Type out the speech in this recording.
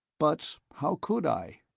but how could i?